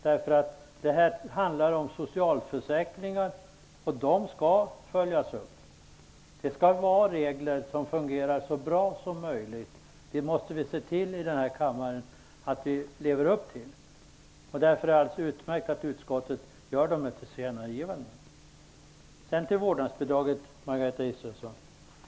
Detta handlar nämligen om socialförsäkringar, och de skall följas upp. Reglerna skall fungera så bra som möjligt. Vi i den här kammaren måste se till att det blir så. Därför är det alldeles utmärkt att utskottet gör dessa tillkännagivanden. Sedan skall jag gå över till vårdnadsbidraget, Margareta Israelsson.